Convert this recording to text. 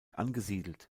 angesiedelt